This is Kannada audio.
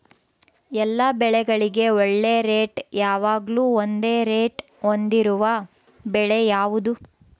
ಎಲ್ಲ ಬೆಳೆಗಳಿಗೆ ಒಳ್ಳೆ ರೇಟ್ ಯಾವಾಗ್ಲೂ ಒಂದೇ ರೇಟ್ ಹೊಂದಿರುವ ಬೆಳೆ ಯಾವುದು?